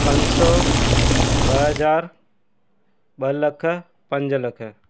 पंज सौ ॿ हज़ार ॿ लख पंज लख